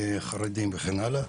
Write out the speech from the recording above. חרדים וכן הלאה,